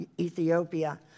Ethiopia